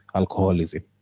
alcoholism